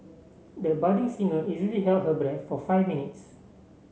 the budding singer easily held her breath for five minutes